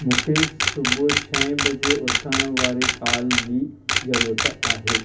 मूंखे सुबुह छहे बजे उथारणु वारी कॉल जी जरूरत आहे